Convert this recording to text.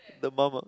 the mum ah